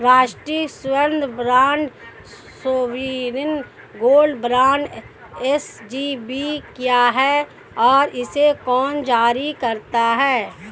राष्ट्रिक स्वर्ण bond sovereign gold bond SGB क्या है और इसे कौन जारी करता है?